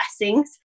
blessings